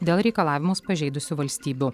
dėl reikalavimus pažeidusių valstybių